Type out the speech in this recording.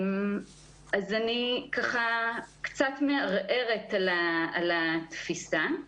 אני קצת מערערת על התפיסה.